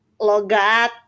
logat